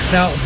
Now